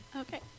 Okay